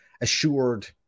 assured